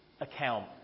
account